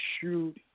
shoot